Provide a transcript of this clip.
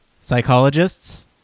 psychologists